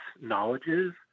knowledges